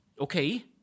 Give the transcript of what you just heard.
Okay